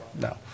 no